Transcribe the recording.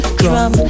drum